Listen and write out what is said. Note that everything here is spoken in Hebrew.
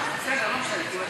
הסתייגויות.